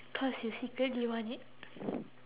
cause you secretly you want it